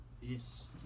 Yes